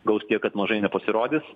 gaus tiek kad mažai nepasirodys